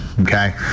okay